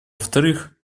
вторых